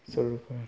Saralpara